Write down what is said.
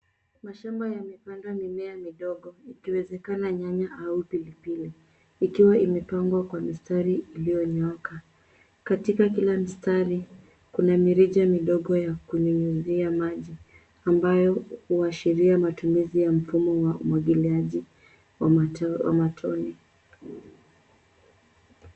Mashamba yamepandwa mimea midogo ikiwezekana nyanya au pilipili ikiwa imepangwa kwa mistari iliyonyooka. Katika kila mstari kuna mirije midogo ya kunyunyizia maji ambayo huashiria matumizi ya mfumo wa umwagiliaji wa matone.